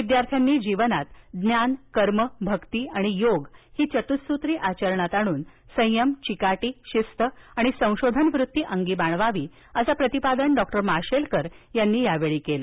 विद्यार्थ्यांनी जीवनात ज्ञान कर्म भक्ती आणि योग ही चतुःसूत्री आचरणात आणून संयम चिकाटी शिस्त आणि संशोधनवृत्ती अंगी बाळगावी असं प्रतिपादन डॉक्टर माशेलकर यांनी याप्रसंगी केलं